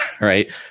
Right